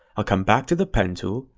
i'll come back to the pen tool,